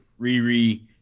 Riri –